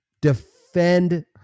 defend